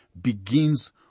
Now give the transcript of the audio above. begins